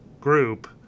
group